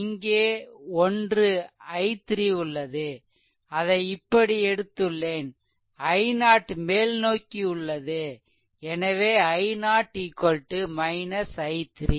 இங்கே ஒன்று i3 உள்ளது அதை இப்படி எடுத்துள்ளேன் i0 மேல்நோக்கி உள்ளது எனவே i0 i 3